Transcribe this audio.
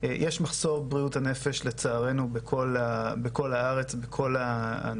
יש מחסור בכל תחום בריאות הנפש ובכל הארץ וזה אחד